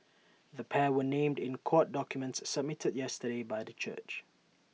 the pair were named in court documents submitted yesterday by the church